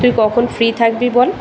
তুই কখন ফ্রি থাকবি বল